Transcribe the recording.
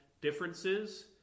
differences